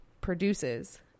produces